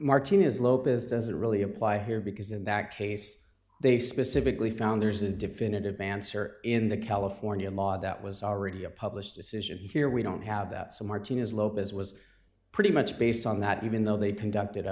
martinez lopez doesn't really apply here because in that case they specifically found there's a definitive answer in the california law that was already a published decision here we don't have that so martinez lopez was pretty much based on that even though they've conducted